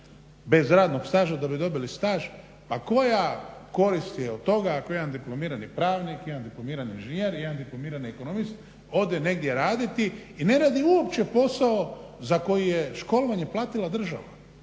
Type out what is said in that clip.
bez radnog staža da bi dobili staž, a koja korist je od toga ako jedan diplomirani pravnik, jedan diplomirani inženjer, jedan diplomirani ekonomist ode negdje raditi i ne radi uopće posao za koji je školovanje platila država.